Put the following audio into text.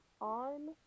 on